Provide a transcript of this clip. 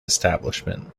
establishment